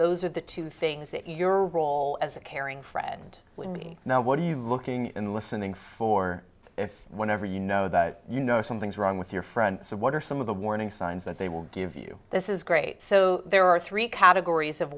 those are the two things that your role as a caring friend with me now what are you looking and listening for whenever you know that you know something's wrong with your friend what are some of the warning signs that they will give you this is great so there are three categories of